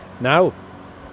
Now